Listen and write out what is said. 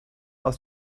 aus